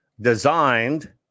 designed